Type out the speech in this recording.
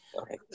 Okay